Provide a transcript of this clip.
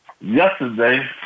yesterday